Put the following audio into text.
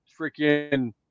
freaking